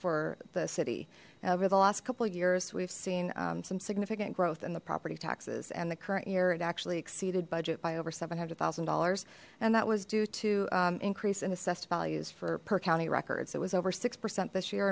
for the city over the last couple of years we've seen some significant growth in the property taxes and the current year it actually exceeded budget by over seven hundred thousand dollars and that was due to increase in assessed values for per county records it was over six percent this year